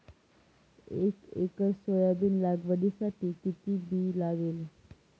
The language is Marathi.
एक एकर सोयाबीन लागवडीसाठी किती बी लागेल?